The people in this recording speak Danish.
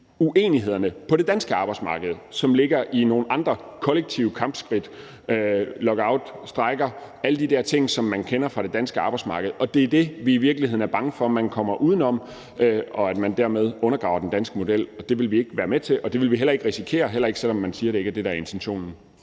uenighederne på det danske arbejdsmarked. Det ligger i nogle andre kollektive kampskridt: lockout, strejker, alle de der ting, som man kender fra det danske arbejdsmarked. Det er det, vi i virkeligheden er bange for at man kommer uden om, så man undergraver den danske model. Det vil vi ikke være med til, og det vil vi heller ikke risikere, selv om man siger, at det ikke er det, der er intentionen.